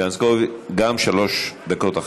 גם שלוש דקות.